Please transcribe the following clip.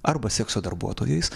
arba sekso darbuotojais